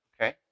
okay